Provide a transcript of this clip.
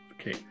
Okay